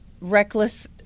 reckless